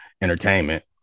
entertainment